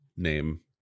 name